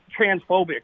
transphobic